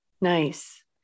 Nice